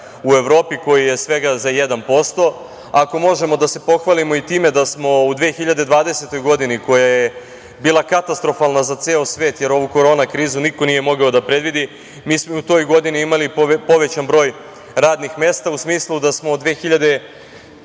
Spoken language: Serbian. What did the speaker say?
u Evropi, koji je svega za 1%, ako možemo da se pohvalimo i time da smo u 2020. godini koja je bila katastrofalna za ceo svet, jer ovu korona krizu niko nije mogao da predvidi, mi smo i u toj godini imali povećan broj radnih mesta u smislu da smo 2019.